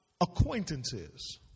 acquaintances